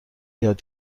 یاد